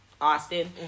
Austin